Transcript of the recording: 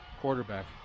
quarterback